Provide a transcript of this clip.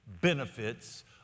benefits